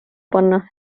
panna